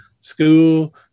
school